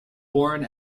born